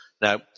Now